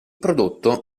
prodotto